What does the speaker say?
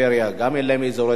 גם אין להם אזורי תעשייה,